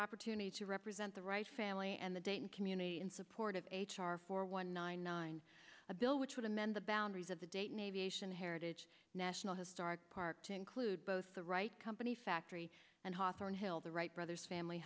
opportunity to represent the right family and the dayton community in support of h r four one nine nine a bill which would amend the boundaries of the dayton aviation heritage national historic park to include both the right company factory and hawthorne hill the wright